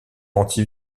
anti